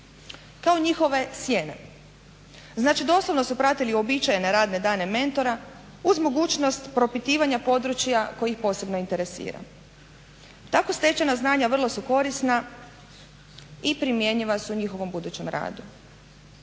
kao njihove sjene, znači doslovno su pratili uobičajene radne dane mentora uz mogućnost propitivanja područja koji ih posebno interesiraju. Tako stečena znanja vrlo su korisna i primjenjiva su u njihovom budućem radu.